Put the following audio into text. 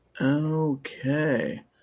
Okay